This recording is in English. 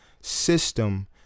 system